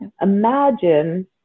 imagine